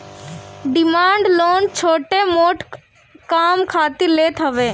demand loan छोट मोट काम खातिर लेत हवे